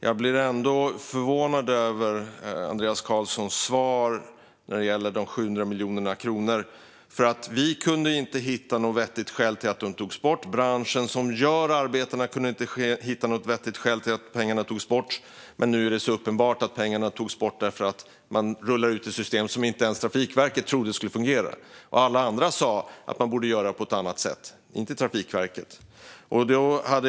Jag blir ändå förvånad över Andreas Carlsons svar när det gäller de 700 miljoner kronorna. Vi kunde inte hitta något vettigt skäl till att de togs bort, och branschen som gör arbetena kunde inte hitta något vettigt skäl till att pengarna togs bort. Nu är det dock uppenbart att pengarna togs bort därför att man rullar ut ett system som inte ens Trafikverket trodde skulle fungera. Alla andra sa att man borde göra på ett annat sätt - inte Trafikverket.